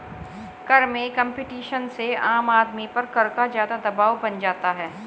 कर में कम्पटीशन से आम आदमी पर कर का ज़्यादा दवाब बन जाता है